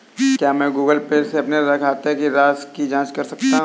क्या मैं Google Pay से अपने खाते की शेष राशि की जाँच कर सकता हूँ?